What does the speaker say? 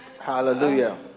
Hallelujah